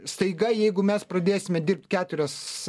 staiga jeigu mes pradėsime dirbt keturios